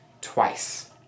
twice